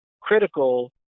critical